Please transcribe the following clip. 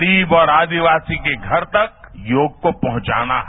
गरीब और आदिवासी के घर तक योग को पहुंचाना है